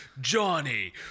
Johnny